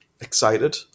excited